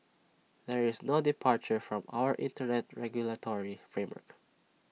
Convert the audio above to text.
there is no departure from our Internet regulatory framework